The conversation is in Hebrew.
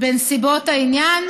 בנסיבות העניין,